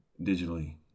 digitally